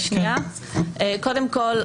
קודם כול,